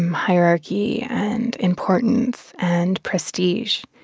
um hierarchy and importance and prestige.